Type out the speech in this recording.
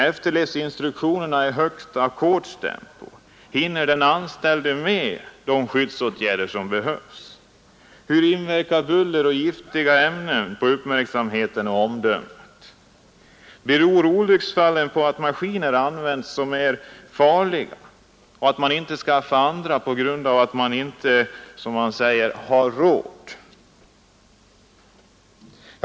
Efterlevs instruktionerna i högt ackordstempo, och hinner den anställde med de skyddsåtgärder som behövs? Hur inverkar buller och giftiga ämnen på uppmärksamheten och omdömet? Beror olycksfallen på att farliga maskiner används och att man inte skaffar andra maskiner på grund av att man inte, som man säger, har råd?